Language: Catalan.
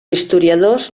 historiadors